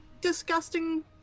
disgusting